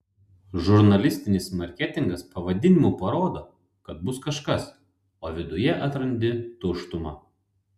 žurnalistinis marketingas pavadinimu parodo kad bus kažkas o viduje atrandi tuštumą